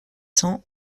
cents